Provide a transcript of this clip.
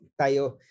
tayo